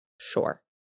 sure